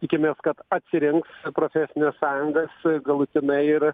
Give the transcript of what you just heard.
tikimės kad atsirinks profesines sąjungas galutinai ir